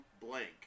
blank